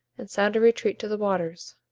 and sound a retreat to the waters.